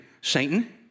Satan